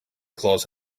claus